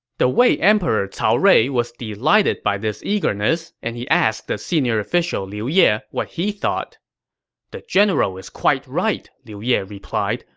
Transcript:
the wei emperor cao rui was delighted by this eagerness, and he asked the senior official liu ye what he thought the general is quite right, liu ye replied.